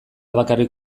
bakarrik